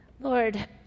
Lord